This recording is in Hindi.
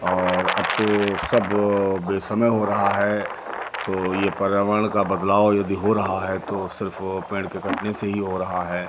और अब तो सब बेसमय हो रहा है तो ये पर्यावरण का बदलाव यदि हो रहा है तो सिर्फ पेड़ के कटने से ही हो रहा है